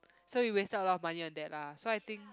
so we wasted a lot of money on that lah so I think